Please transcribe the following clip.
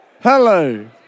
Hello